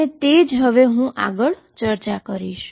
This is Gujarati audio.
અને તે જ હું આગળ હવે ચર્ચા કરીશ